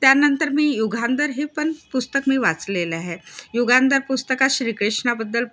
त्यानंतर मी युगंधर हे पण पुस्तक मी वाचलेलं आहे युगंधर पुस्तकात श्रीकृष्णाबद्दल